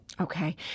Okay